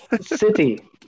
City